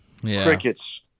crickets